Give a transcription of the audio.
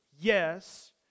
Yes